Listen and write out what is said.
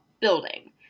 building